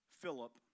Philip